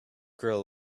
grill